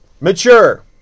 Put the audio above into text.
mature